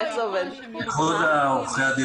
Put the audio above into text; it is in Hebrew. איחוד עורכי הדין